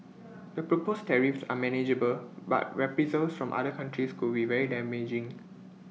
the proposed tariffs are manageable but reprisals from other countries could be very damaging